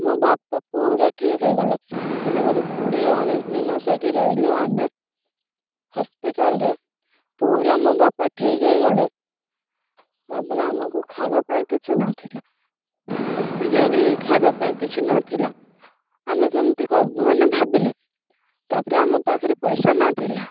ମୋ ବାପା ପୁରା ଠିକ୍ ହେଇଗଲେ ମାନେ ଗୋଟେ କୋଡ଼ିଏ ଉଣେଇଶ ଦିନ ସେଇଠି ରହିଲୁ ଆମେ ହସ୍ପିଟାଲ୍ରେ ପୁରା ମୋ ବାପା ଠିକ୍ ହେଇଗଲେ ତା'ପରେ ଆମକୁ ଖାଇବା ପାଇଁ କିଛି ନଥିଲା ହସ୍ପିଟାଲ୍ରେ ହିଁ ଖାଇବା ପାଇଁ କିଛି ନଥିଲା ଆମେ କେମିତି କରିବୁ ମାନେ ଭାବିଲି ତା'ପରେ ଆମ ପାଖରେ ପଇସା ନଥିଲା